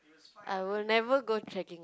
I will never go trekking